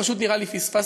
פשוט נראה לי שפספסת,